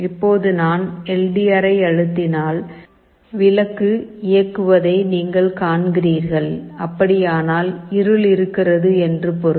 இப்போது நான் L D ஆரை அழுத்தினால் விளக்கு இயக்குவதை நீங்கள் காண்கிறீர்கள் அப்படியானால் இருள் இருக்கிறது என்று பொருள்